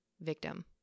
victim